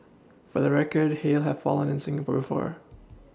for the record hail have fallen in Singapore before